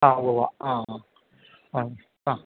ആ ഉവ്വുവ്വ് ആ ആ ആ ആ